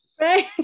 Right